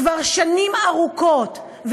כבר שנים ארוכות,